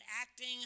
acting